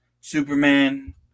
Superman